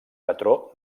patró